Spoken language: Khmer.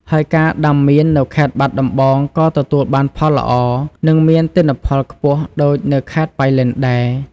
ហើយការដាំមៀននៅខេត្តបាត់ដំបងក៏ទទួលបានផលល្អ និងមានទិន្នផលខ្ពស់ដូចនៅខេត្តប៉ៃលិនដែរ។